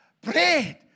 Bread